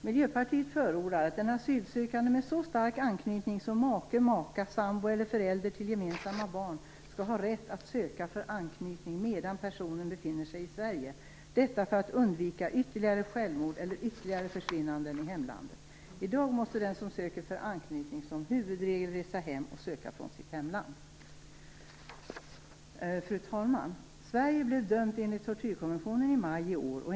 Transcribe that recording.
Miljöpartiet förordar att en asylsökande med så stark anknytning som maka/make, sambo eller förälder till gemensamma barn skall ha rätt att söka för anknytning medan personen befinner sig i Sverige, detta för att undvika ytterligare självmord eller "försvinnanden" i hemlandet. I dag måste den som söker för anknytning som huvudregel resa hem och från sitt hemland. Fru talman! Sverige blev dömt enligt tortyrkonventionen i maj i år.